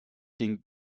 den